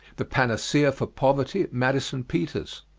the panacea for poverty, madison peters.